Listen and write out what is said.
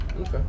okay